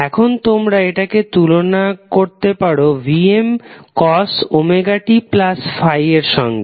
এখন তোমরা এটাকে তুলনা করতে পারো Vmωt∅ এর সঙ্গে